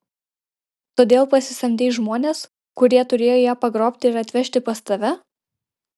todėl pasisamdei žmones kurie turėjo ją pagrobti ir atvežti pas tave